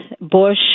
Bush